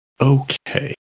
Okay